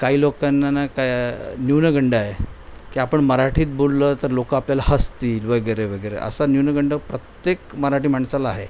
काही लोकांना ना का न्यूनगंड आहे की आपण मराठीत बोललं तर लोक आपल्याला हसतील वगैरे वगैरे असा न्यूनगंड प्रत्येक मराठी माणसाला आहे